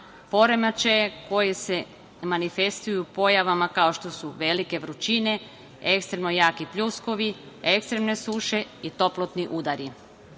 poremećaje koji se manifestuju pojavama kao što su velike vrućine, ekstremno jaki pljuskovi, ekstremne suše i toplotni udari.I